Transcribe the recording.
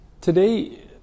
today